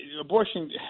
Abortion